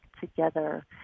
together